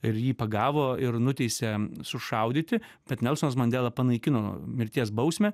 ir jį pagavo ir nuteisė sušaudyti bet nelsonas mandela panaikino mirties bausmę